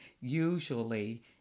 usually